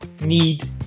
need